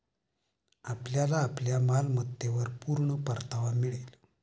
आपल्याला आपल्या मालमत्तेवर पूर्ण परतावा मिळेल